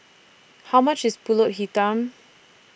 How much IS Pulut Hitam